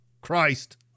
Christ